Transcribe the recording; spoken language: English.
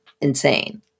insane